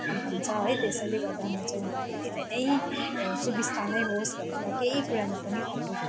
अब भन्छ है त्यसैले गर्दा म चाहिँ उहाँलाई धेरै नै सुविस्ता नै होस् भनेर केही कुरामा पनि अपुग